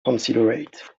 considerate